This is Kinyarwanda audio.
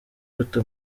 bata